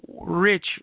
rich